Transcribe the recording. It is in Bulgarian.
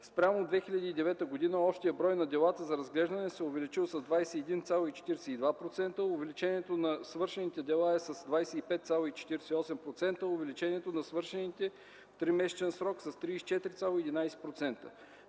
Спрямо 2009 г. общият брой на делата за разглеждане се е увеличил с 21,42%, увеличението на свършените дела е с 25,48%, а увеличението на свършените в тримесечен срок с 34,11%.